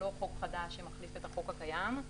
לא חוק חדש שמחליף את החוק הקיים.